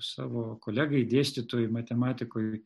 savo kolegai dėstytojui matematikui